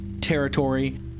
territory